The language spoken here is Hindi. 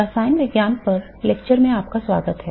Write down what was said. रसायन विज्ञान पर लेक्चर में आपका स्वागत है